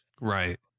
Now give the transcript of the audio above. right